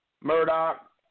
Murdoch